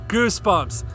goosebumps